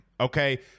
Okay